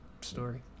story